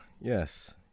yes